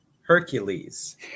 Hercules